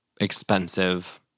expensive